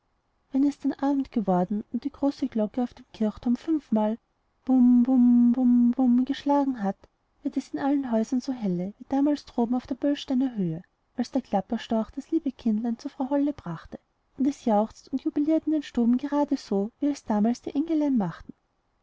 wenn es dann abend geworden und die große glocke auf dem kirchturm fünfmal bum bum bum bum bum geschlagen hat wird es in allen häusern so helle wie damals droben auf der böllsteiner höhe als der klapperstorch das liebe kindlein zu frau hollen brachte und es jauchzt und jubiliert in den stuben grade so wie es damals die engelein machten